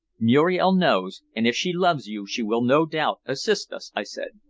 muriel knows, and if she loves you she will no doubt assist us, i said.